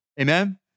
Amen